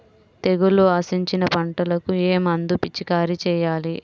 తెగుళ్లు ఆశించిన పంటలకు ఏ మందు పిచికారీ చేయాలి?